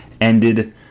ended